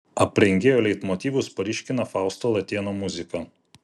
aprengėjo leitmotyvus paryškina fausto latėno muzika